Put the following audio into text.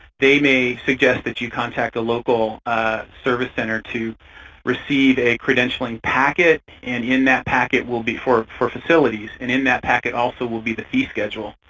they may suggest that you contact the local service center to receive a credentialing packet, and in that packet will be for for facilities, and in that packet also will be the fee schedule,